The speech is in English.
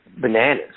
bananas